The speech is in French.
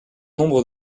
nombre